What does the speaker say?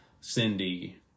Cindy